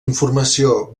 informació